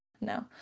No